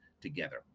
together